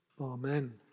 Amen